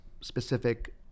specific